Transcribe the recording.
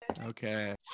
Okay